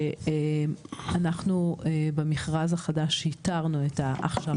שאנחנו במכרז החדש ייתרנו את ההכשרה.